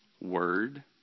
word